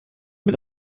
mit